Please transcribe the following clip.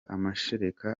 amashereka